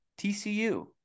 TCU